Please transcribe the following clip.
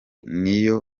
n’iyo